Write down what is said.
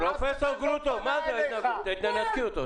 --- תנתקי אותו.